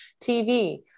TV